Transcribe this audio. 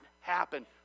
happen